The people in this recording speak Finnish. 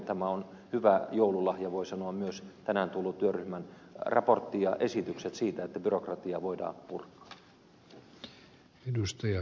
tämä on hyvä joululahja voi sanoa myös tänään tullut työryhmän raportti ja esitykset siitä että byrokratiaa voidaan purkaa